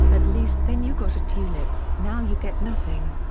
at least then you got a tulip, now you get nothing.